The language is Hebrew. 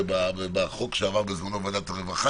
ובחוק שעבר בזמנו בוועדת הרווחה,